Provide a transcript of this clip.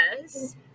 Yes